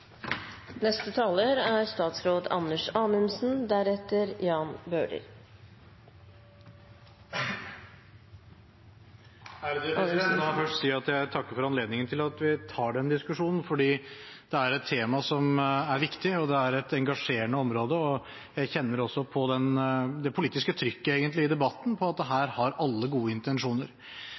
La meg først si at jeg takker for anledningen til å ta denne diskusjonen. Det er et tema som er viktig, og det er et engasjerende område. Jeg kjenner egentlig også på det politiske trykket i debatten – at her har alle gode intensjoner.